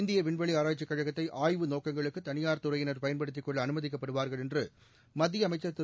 இந்திய விண்வெளி ஆராய்ச்சிக் கழகத்தை ஆய்வு நோக்கங்களுக்கு தனியாா் துறையினா் பயன்படுத்தி கொள்ள அனுமதிக்கப்படுவார்கள் என்று மத்திய அமைச்சர் திரு